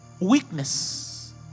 weakness